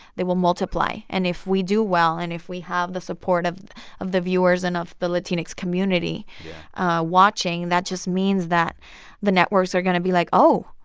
they will multiply. and if we do well and if we have the support of of the viewers and of the latinx community watching, that just means that the networks are going to be like, oh,